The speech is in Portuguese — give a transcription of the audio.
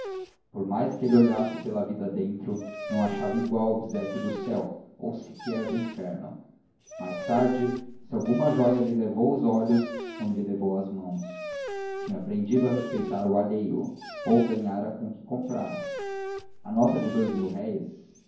por mais que ele olhasse pela vida dentro não achava igual obséquio do céu ou sequer do inferno mais tarde se alguma joia lhe levou os olhos não lhe levou as mãos tinha aprendido a respeitar o alheio ou ganhara com que o comprar a nota de dous